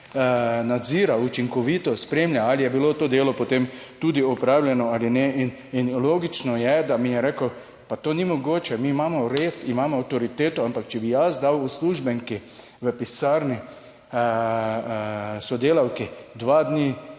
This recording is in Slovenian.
nadzira, učinkovito spremlja, ali je bilo to delo potem tudi opravljeno ali ne in logično je, da mi je rekel, pa to ni mogoče, mi imamo red, imamo avtoriteto, ampak če bi jaz dal uslužbenki v pisarni, sodelavki dva dni,